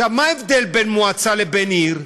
מה ההבדל בין מועצה לבין עיר?